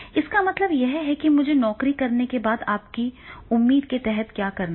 इसका मतलब है कि मुझे नौकरी करने की आपकी उम्मीद के तहत क्या करना है